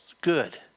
good